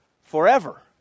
forever